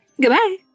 Goodbye